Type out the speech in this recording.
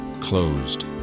closed